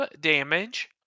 damage